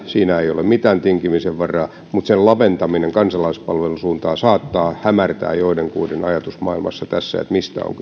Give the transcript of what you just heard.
siinä ei ole mitään tinkimisen varaa mutta sen laventaminen kansalaispalvelun suuntaan saattaa hämärtää joidenkuiden ajatusmaailmassa sitä mistä on